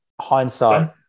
hindsight